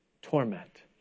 torment